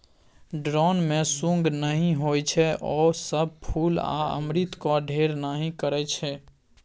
drone मे सुंग नहि होइ छै ओ सब फुल आ अमृतक ढेर नहि करय छै